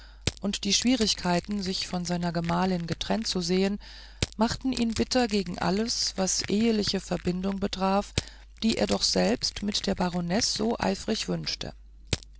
und die schwierigkeiten sich von seiner gemahlin getrennt zu sehen machten ihn bitter gegen alles was eheliche verbindung betraf die er doch selbst mit der baronesse so eifrig wünschte